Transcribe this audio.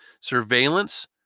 surveillance